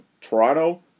Toronto